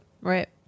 Right